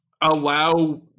allow